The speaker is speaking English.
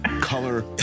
color